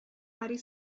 ari